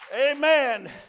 Amen